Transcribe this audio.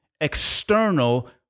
external